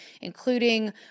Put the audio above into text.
including